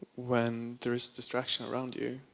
when there is distraction around you,